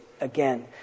again